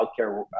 healthcare